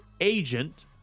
agent